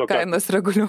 kainas reguliuoja